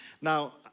Now